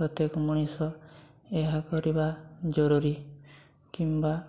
ପ୍ରତ୍ୟେକ ମଣିଷ ଏହା କରିବା ଜରୁରୀ କିମ୍ବା